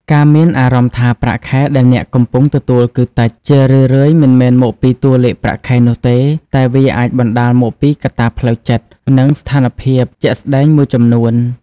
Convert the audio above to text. ការមានអារម្មណ៍ថា ប្រាក់ខែដែលអ្នកកំពុងទទួលគឺតិច ជារឿយៗមិនមែនមកពីតួលេខប្រាក់ខែនោះទេ តែវាអាចបណ្ដាលមកពីកត្តាផ្លូវចិត្ត និងស្ថានភាពជាក់ស្ដែងមួយចំនួន។